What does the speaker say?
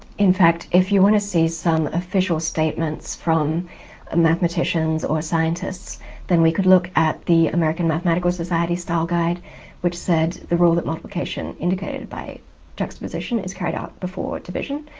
in fact if you want to see some official statements from ah mathematicians or scientists then we could look at the american mathematical society style guide which said the rule that multiplication indicated by juxtaposition is carried out before division.